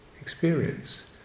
experience